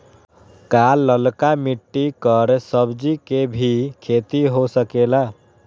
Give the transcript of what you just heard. का लालका मिट्टी कर सब्जी के भी खेती हो सकेला?